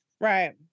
Right